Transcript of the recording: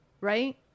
Right